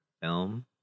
film